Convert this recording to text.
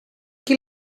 qui